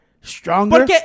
stronger